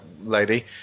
lady